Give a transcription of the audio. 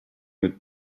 mit